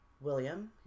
William